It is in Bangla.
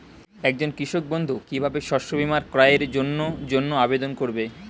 একজন কৃষক বন্ধু কিভাবে শস্য বীমার ক্রয়ের জন্যজন্য আবেদন করবে?